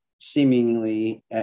seemingly